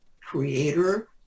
creator